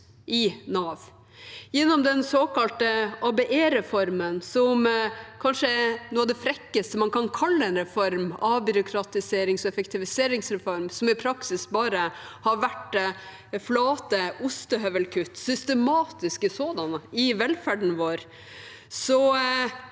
i Nav. Gjennom den såkalte ABE-reformen – som kanskje er noe av det frekkeste man kan kalle en reform: avbyråkratiserings- og effektiviseringsreform – som i praksis bare har vært flate ostehøvelkutt, systematiske sådanne, i velferden vår er